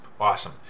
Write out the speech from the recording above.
awesome